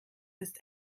ist